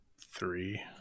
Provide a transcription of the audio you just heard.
three